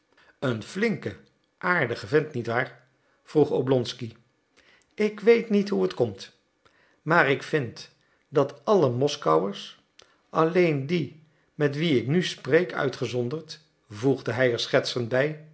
een flinke aardige vent niet waar vroeg oblonsky ik weet niet hoe het komt maar ik vind dat alle moskouers alleen die met wien ik nu spreek uitgezonderd voegde hij er schertsend bij